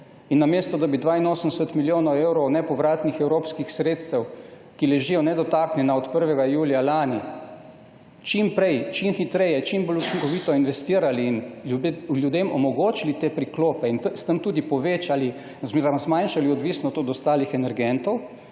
In namesto da bi 82 milijonov evrov nepovratnih evropskih sredstev, ki ležijo nedotaknjena od prvega julija lani, čim prej, čim hitreje, čim bolj učinkovito investirali in ljudem omogočili te priklope in s tem tudi povečali oziroma zmanjšali odvisnost od ostalih energentov